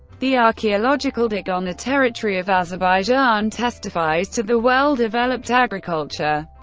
the archeological dig on the territory of azerbaijan testifies to the well developed agriculture,